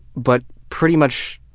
but pretty much